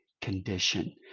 condition